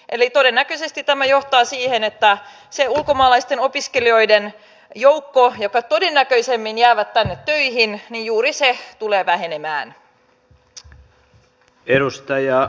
eli todennäköisesti tämä johtaa siihen että juuri se ulkomaalaisten opiskelijoiden joukko joka todennäköisemmin jää tänne töihin tulee vähenemään